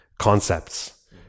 concepts